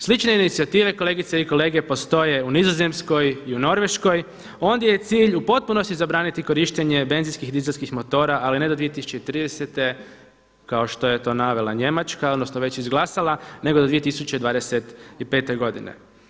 Slične inicijative kolegice i kolege postoje u Nizozemskoj i u Norveškoj, ondje je cilj u potpunosti zabraniti korištenje benzinskih, dizelskih motora ali ne do 2030. kao što je to navela Njemačka, odnosno već izglasala nego do 2025. godine.